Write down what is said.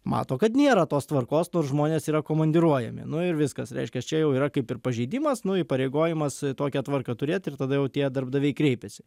mato kad nėra tos tvarkos nors žmonės yra komandiruojami nu ir viskas reiškias čia jau yra kaip ir pažeidimas nu įpareigojimas tokią tvarką turėt ir tada jau tie darbdaviai kreipiasi